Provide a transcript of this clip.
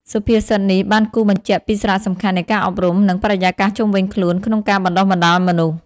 សុភាសិតនេះបានគូសបញ្ជាក់ពីសារៈសំខាន់នៃការអប់រំ និងបរិយាកាសជុំវិញខ្លួនក្នុងការបណ្តុះបណ្តាលមនុស្ស។